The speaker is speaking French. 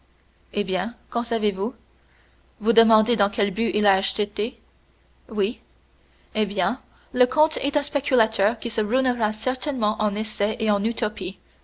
eh bien qu'en savez-vous vous demandez dans quel but il l'a achetée oui eh bien le comte est un spéculateur qui se ruinera certainement en essais et en utopies